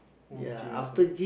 oh gym also